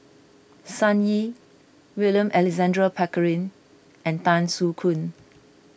Sun Yee William Alexander Pickering and Tan Soo Khoon